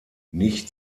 nicht